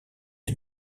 est